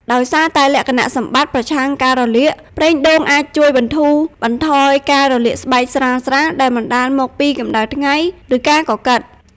ដោយសារតែលក្ខណៈសម្បត្តិ ប្រឆាំងការរលាក ប្រេងដូងអាចជួយ បន្ធូរបន្ថយការរលាកស្បែកស្រាលៗ ដែលបណ្ដាលមកពីកម្ដៅថ្ងៃ ឬការកកិត។